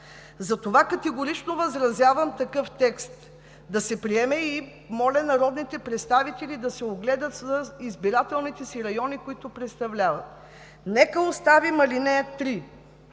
Затова категорично възразявам такъв текст да се приеме и моля народните представители да се огледат в избирателните си райони, които представляват. Нека оставим ал. 3,